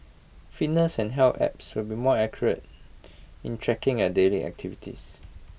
fitness and health apps will be more accurate in tracking at daily activities